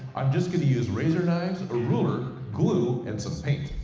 i'm just gonna use razor knives, a ruler, glue, and some paint.